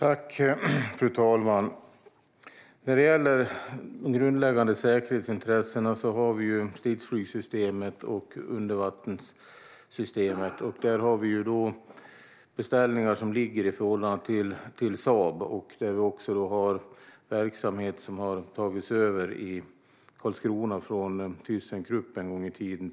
Fru talman! När det gäller de grundläggande säkerhetsintressena har vi stridsflygssystemet och undervattenssystemet. Där har vi beställningar som ligger i förhållande till Saab. Vi har också verksamhet i Karlskrona som har tagits över av Saab från Thyssen Krupp en gång i tiden.